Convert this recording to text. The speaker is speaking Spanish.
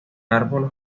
árbol